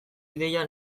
ideia